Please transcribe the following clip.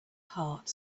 heart